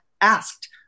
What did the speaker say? asked